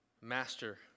Master